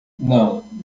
não